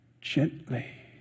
gently